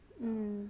mm